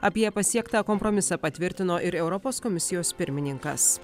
apie pasiektą kompromisą patvirtino ir europos komisijos pirmininkas